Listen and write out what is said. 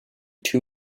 too